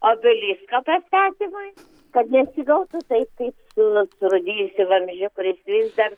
obelisko pastatymui kad nesigautų taip kaip su surudijusiu vambzdžiu kuris vis dar